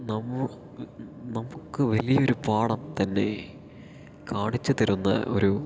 നമുക്ക് വലിയൊരു പാഠം തന്നെ കാണിച്ചു തരുന്ന ഒരു